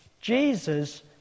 Jesus